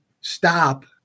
stop